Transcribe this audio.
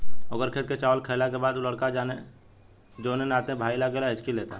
ओकर खेत के चावल खैला के बाद उ लड़का जोन नाते में भाई लागेला हिच्की लेता